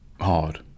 hard